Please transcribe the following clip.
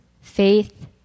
faith